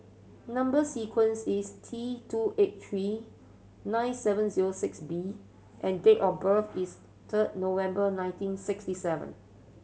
number sequence is T two eight three nine seven zero six B and date of birth is third November nineteen sixty seven